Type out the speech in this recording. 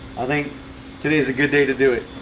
i think today is a good day to do it